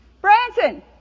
Branson